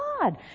God